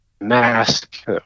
mask